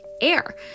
air